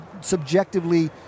subjectively